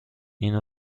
این